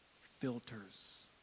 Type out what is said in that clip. filters